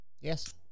yes